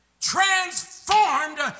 transformed